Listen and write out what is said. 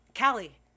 Callie